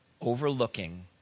overlooking